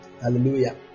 Hallelujah